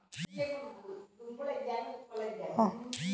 Check ಅಥವಾ DD ಮೂಲಕ ಹಣ ಖಾತೆಗೆ ಟ್ರಾನ್ಸ್ಫರ್ ಆಗಲಿಕ್ಕೆ ಎಷ್ಟು ದಿನ ಹಿಡಿಯುತ್ತದೆ?